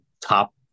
top